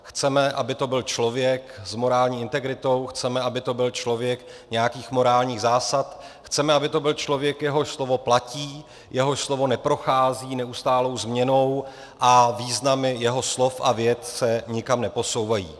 Chceme, aby to byl člověk s morální integritou, chceme, aby to byl člověk nějakých morálních zásad, chceme, aby to byl člověk, jehož slovo platí, jehož slovo neprochází neustálou změnou a významy jeho slov a vět se nikam neposouvají.